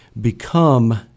become